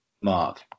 Mark